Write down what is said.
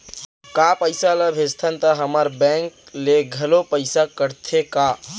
का पइसा ला भेजथन त हमर बैंक ले घलो पइसा कटथे का?